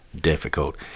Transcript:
difficult